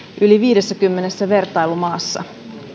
yli viidessäkymmenessä vertailumaassa